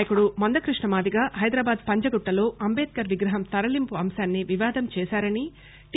నాయకుడు మందకృష్ణ మాదిగ హైదరాబాద్ పంజాగుట్టలో అంబేద్కర్ విగ్రహం తరలింపు అంశాన్ని వివాదం చేశారని టి